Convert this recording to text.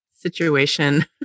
situation